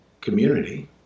community